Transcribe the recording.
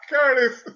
Curtis